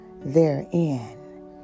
therein